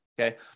okay